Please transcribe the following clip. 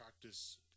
practice